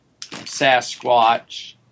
Sasquatch